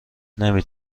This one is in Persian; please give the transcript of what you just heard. نمی